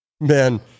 Man